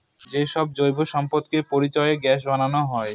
যে সব জৈব সম্পদকে পচিয়ে গ্যাস বানানো হয়